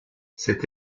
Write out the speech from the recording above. cette